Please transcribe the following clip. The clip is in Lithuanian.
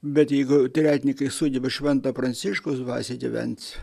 bet jeigu tretninkai sugeba švento pranciškaus dvasioj gyvent